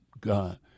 God